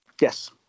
yes